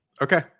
Okay